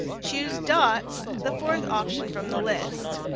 choose dots, the fourth option from the list.